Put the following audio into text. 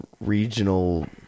regional